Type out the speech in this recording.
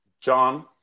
John